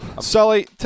Sully